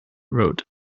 wrote